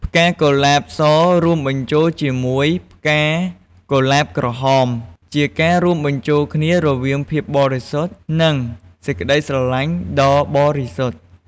ផ្កាកុលាបស រួមបញ្ចូលជាមួយផ្កាកុលាបក្រហម ជាការរួមបញ្ចូលគ្នារវាងភាពបរិសុទ្ធ និងសេចក្តីស្រឡាញ់ដ៏បរិសុទ្ធ។